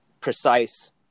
precise